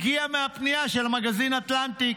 זה הגיע מהפנייה של המגזין אטלנטיק,